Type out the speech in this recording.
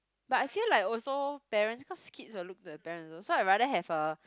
but I feel like also parents cause kids will look to their parents also so I rather have a